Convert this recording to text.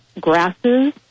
Grasses